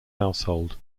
household